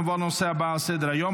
נעבור לנושא הבא על סדר-היום,